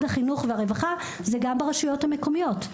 החינוך והרווחה זה גם ברשויות המקומיות.